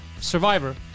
survivor